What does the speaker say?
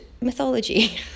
mythology